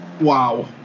Wow